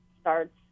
starts